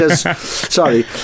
sorry